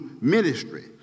ministry